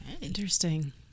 Interesting